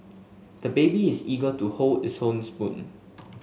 the baby is eager to hold his own spoon